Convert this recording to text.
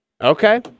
Okay